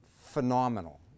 phenomenal